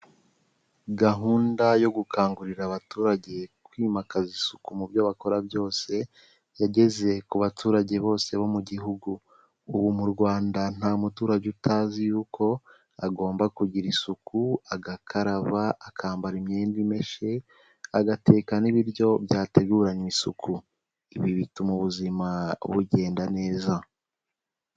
Gahunda yo gukangurira abaturage kwimakaza isuku mu byo bakora byose yageze ku baturage bose bo mu gihugu, ubu mu Rwanda nta muturage utazi yuko agomba kugira isuku, agakaraba, akambara imyenda imeshe, agateka n'ibiryo byateguranywe isuku. Ibi bituma ubuzima bugenda neza.